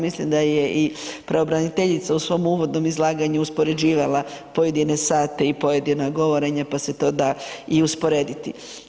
Mislim da je i pravobraniteljica u svom uvodnom izlaganju uspoređivala pojedine sate i pojedina govorenja pa se to da i usporediti.